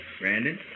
Brandon